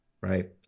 Right